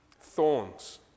Thorns